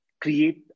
create